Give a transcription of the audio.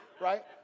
right